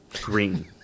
green